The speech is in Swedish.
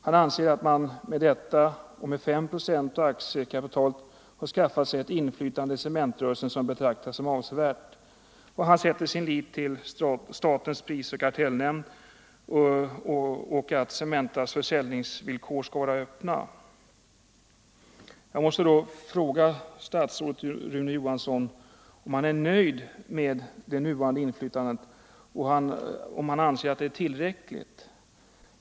Han anser att staten med denna representation och med 5 procent av aktiekapitalet har skaffat sig ett inflytande i cementrörelsen som betraktas som avsevärt. Han sätter vidare sin lit till statens prisoch kartellnämnd och till att Cementas försäljningsvillkor skall vara öppna. Jag måste då fråga statsrådet Rune Johansson om han är nöjd med nuvarande inflytande och anser att det är tillräckligt.